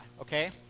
okay